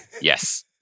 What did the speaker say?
Yes